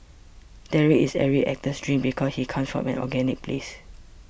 Derek is every actor's dream because he comes from such an organic place